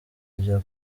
bya